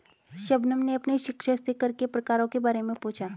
शबनम ने अपने शिक्षक से कर के प्रकारों के बारे में पूछा